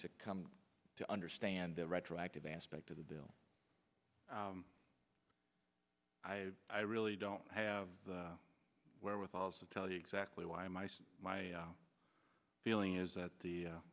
come to understand the retroactive aspect of the bill i i really don't have the wherewithal to tell you exactly why my so my feeling is that the